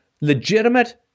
legitimate